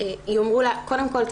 שיאמרו לה: קודם כול,